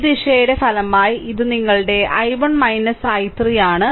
ഈ ദിശയിൽ ഫലമായി ഇത് നിങ്ങളുടെ i1 i3 ആണ്